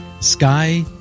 Sky